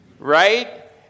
right